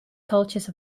cultures